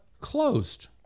closed